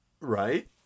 Right